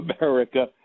America